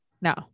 no